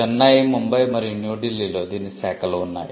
చెన్నై ముంబై మరియు న్యూ డిల్లీలో దీని శాఖలు ఉన్నాయి